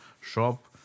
shop